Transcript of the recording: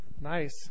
Nice